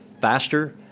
faster